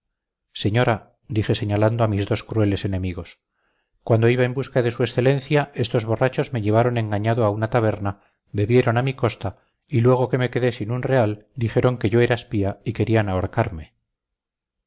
señora dije señalando a mis dos crueles enemigos cuando iba en busca de su excelencia estos borrachos me llevaron engañado a una taberna bebieron a mi costa y luego que me quedé sin un real dijeron que yo era espía y querían ahorcarme